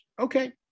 Okay